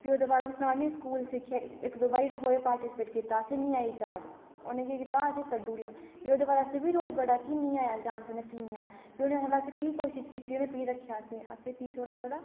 फ्ही ओह्दे बाद अ'ऊं सना नी स्कूल सिक्खेआ एक्क दो बारी रखोए पार्टिसिपेट कीता असेंई नी ऐ ही जाच उनें केह् कीता असेंई कड्डी उड़ेआ फ्ही ओह्दे बाद अस बी रोए बड़ा कि नेईं आया डांस उनें की नी फ्ही उनें असें फ्ही कोशिश कीती उनें फ्ही रक्खेआ असेंई असें फ्ही थोह्ड़ा थोह्ड़ा